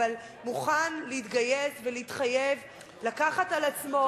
אבל מוכן להתגייס ולהתחייב לקחת על עצמו לעשות,